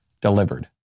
delivered